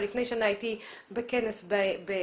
לפני שנה הייתי בכנס בבון,